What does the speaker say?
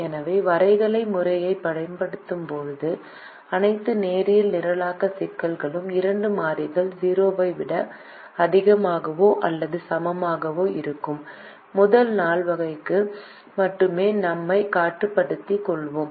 எனவே வரைகலை முறையைப் பயன்படுத்தும் போது அனைத்து நேரியல் நிரலாக்க சிக்கல்களிலும் இரண்டு மாறிகள் 0 ஐ விட அதிகமாகவோ அல்லது சமமாகவோ இருக்கும் முதல் நால்வகைக்கு மட்டுமே நம்மை கட்டுப்படுத்திக் கொள்வோம்